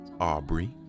Aubrey